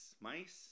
Mice